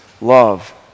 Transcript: love